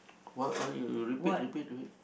what what you you repeat repeat repeat